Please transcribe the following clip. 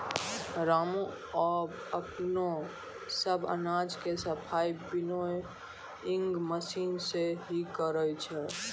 रामू आबॅ अपनो सब अनाज के सफाई विनोइंग मशीन सॅ हीं करै छै